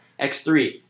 X3